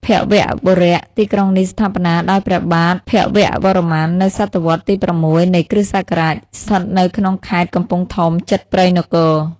ភវបុរៈ ទីក្រុងនេះ ស្ថាបនាដោយព្រះបាទ ភវវរ្ម័ន នៅសតវត្សរ៍ទី៦ នៃ គ្រិស្តសករាជ ស្ថិតនៅក្នុងខេត្ត កំពង់ធំ ជិតព្រៃនគរ ។